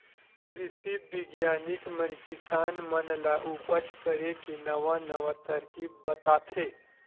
कृषि बिग्यानिक मन किसान मन ल उपज करे के नवा नवा तरकीब बताथे